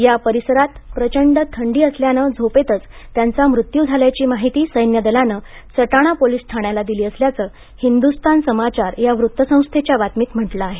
या परिसरात प्रचंड थंडी असल्याने झोपेतच त्यांचा मृत्यू झाल्याची माहिती सैन्य दलाने सटाणा पोलीस ठाण्याला दिली असल्याचं हिंदुस्तान समाचार या वृत्त संस्थेच्या बातमीत म्हटलं आहे